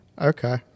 Okay